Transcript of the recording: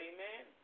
Amen